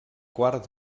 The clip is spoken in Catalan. quart